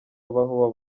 babaho